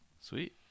sweet